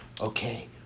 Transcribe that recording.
okay